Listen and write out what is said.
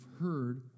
heard